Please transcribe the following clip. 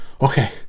okay